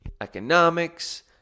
economics